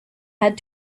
had